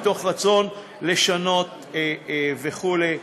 מתוך רצון לשנות וכו';